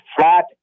flat